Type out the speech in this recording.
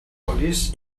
feliç